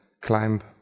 climb